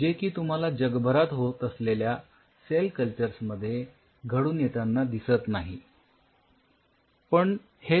जे की तुम्हाला जगभरात होत असलेल्या सेल कल्चर्स मध्ये घडून येतांना दिसून येणार नाही